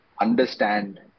Understand